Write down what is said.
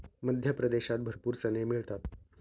मध्य प्रदेशात भरपूर चणे मिळतात